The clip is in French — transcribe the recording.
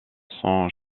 son